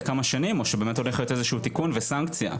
כמה שנים או שבאמת הולך להיות איזשהו תיקון וסנקציה,